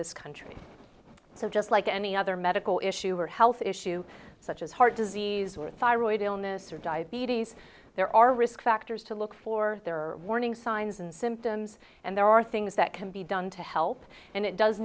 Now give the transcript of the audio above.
this country so just like any other medical issue or health issue such as heart disease or thyroid illness or diabetes there are risk factors to look for there are warning signs and symptoms and there are things that can be done to help and it does